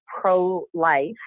pro-life